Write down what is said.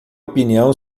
opinião